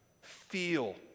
Feel